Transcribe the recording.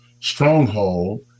stronghold